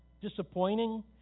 Disappointing